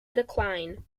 decline